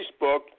Facebook